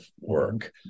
work